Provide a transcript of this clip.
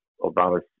Obama's